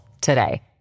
today